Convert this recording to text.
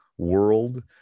world